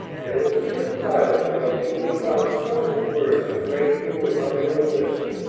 there was a tense silence while julia cloud struggled for words to break through her unwilling lips,